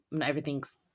everything's